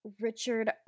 Richard